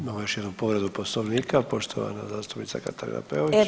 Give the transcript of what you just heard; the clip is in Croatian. Imamo još jednu povredu Poslovnika, poštovana zastupnica Katarina Peović.